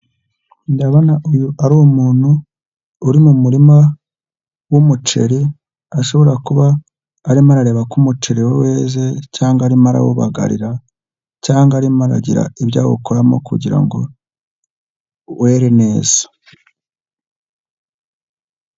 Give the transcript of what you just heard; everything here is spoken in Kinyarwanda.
Ndabona uyu ari umuntu uri mu murima w'umuceri ashobora kuba arimo arareba ko umuceri we weze cyangwa arimo arawugarira, cyangwa arimo aragira ibyo awukoramo kugira ngo were neza.